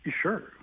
Sure